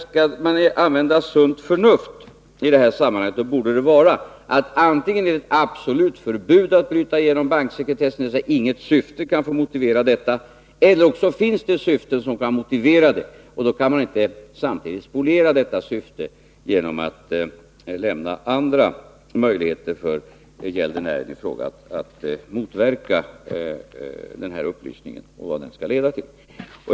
Skall man använda sunt förnuft i det här sammanhanget, borde svaret bli att det antingen finns ett absolut förbud att bryta banksekretessen — inget syfte kan motivera detta — eller också finns det syften som kan motivera det. I det senare fallet kan man inte samtidigt spoliera detta syfte genom att lämna andra möjligheter för gäldenären i fråga att motverka denna upplysning och vad den skall leda till.